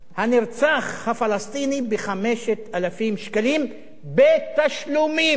הנרצח הפלסטיני ב-5,000 שקלים בתשלומים,